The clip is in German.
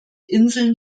inseln